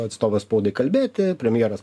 atstovas spaudai kalbėti premjeras